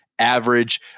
average